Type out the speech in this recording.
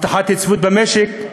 הבטחת היציבות המשק.